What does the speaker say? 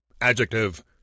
Adjective